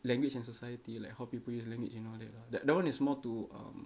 language and society like how people use language and all that tha~ that [one] is more to um